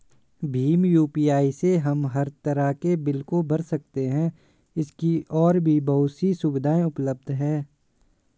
Bhim UPI से हम हर तरह के बिल को भर सकते है, इसकी और भी बहुत सी सुविधाएं उपलब्ध है